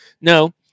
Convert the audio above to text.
No